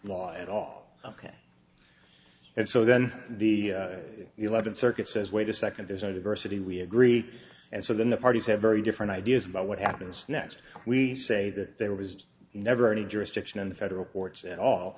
law at all ok and so then the eleventh circuit says wait a second there's no diversity we agree and so then the parties have very different ideas about what happens next we say that there was never any jurisdiction in federal